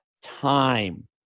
time